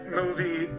movie